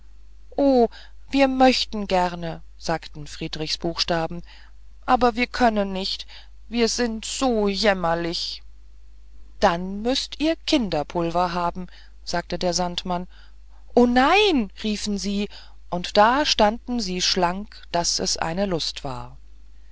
wir möchten gern sagten friedrichs buchstaben aber wir können nicht wir sind so jämmerlich dann müßt ihr kinderpulver haben sagte der sandmann o nein riefen sie und da standen sie schlank daß es eine lust war